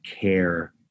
care